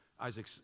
Isaac